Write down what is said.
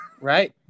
Right